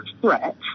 threat